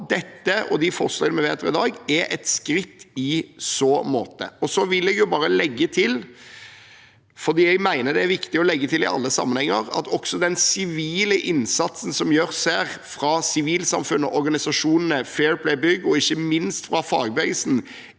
Dette, og de forslagene vi vedtar i dag, er et skritt i så måte. Så vil jeg legge til – fordi jeg mener det er viktig å legge til i alle sammenhenger – at også den sivile innsatsen som gjøres fra sivilsamfunnet, organisasjonen Fair Play Bygg og ikke minst fra fagbevegelsen,